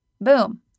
Boom